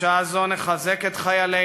בשעה זו נחזק את חיילינו,